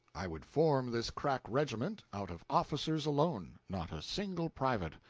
i would form this crack regiment out of officers alone not a single private.